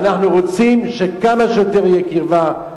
ואנחנו רוצים שכמה שיותר תהיה קרבה,